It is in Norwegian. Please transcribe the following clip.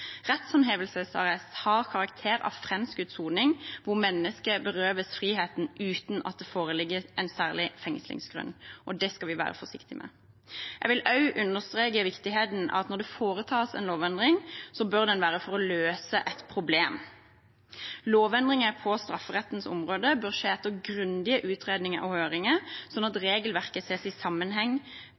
har karakter av framskutt soning, hvor mennesker berøves friheten uten at det foreligger en særlig fengslingsgrunn. Det skal vi være forsiktig med. Jeg vil også understreke viktigheten av at når det foretas en lovendring, bør det være for å løse et problem. Lovendringer på strafferettens område bør skje etter grundige utredninger og høringer, slik at regelverket ses i sammenheng,